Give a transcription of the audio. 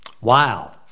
Wow